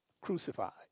crucified